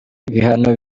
ibihano